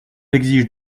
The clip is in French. exige